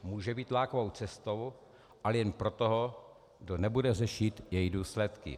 Může být lákavou cestou ale jen pro toho, kdo nebude řešit její důsledky.